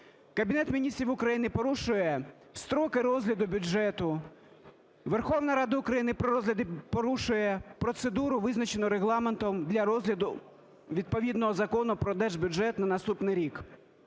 Кабінет Міністрів України порушує строки розгляду бюджету, Верховна Рада України при розгляді порушує процедуру, визначену Регламентом для розгляду відповідного закону про Держбюджет на наступний рік.